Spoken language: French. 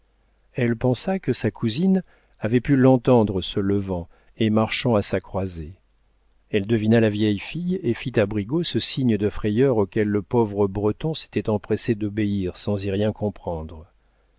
elle pensa que sa cousine avait pu l'entendre se levant et marchant à sa croisée elle devina la vieille fille et fit à brigaut ce signe de frayeur auquel le pauvre breton s'était empressé d'obéir sans y rien comprendre